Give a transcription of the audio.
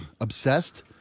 obsessed